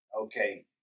Okay